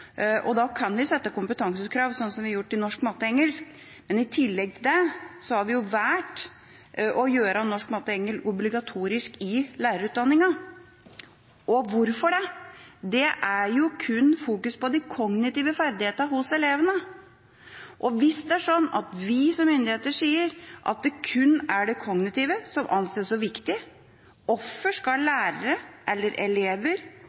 Da kan vi sette kompetansekrav, slik som vi har gjort i norsk, matte og engelsk, men i tillegg til det har vi valgt å gjøre norsk, matte og engelsk obligatorisk i lærerutdanningen. Og hvorfor det? Det er jo kun fokus på de kognitive ferdighetene hos elevene, og hvis det er sånn at vi som myndigheter sier at det kun er det kognitive som anses som viktig, hvorfor skal lærere eller elever